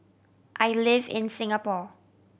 I live in Singapore